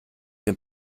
dem